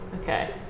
Okay